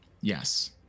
Yes